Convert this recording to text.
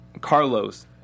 Carlos